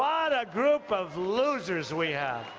um and group of losers we have.